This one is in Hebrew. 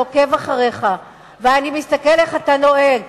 אני עוקב אחריך ואני מסתכל איך אתה נוהג.